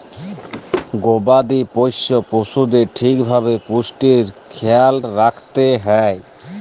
গবাদি পশ্য পশুদের ঠিক ভাবে পুষ্টির খ্যায়াল রাইখতে হ্যয়